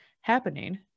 Happening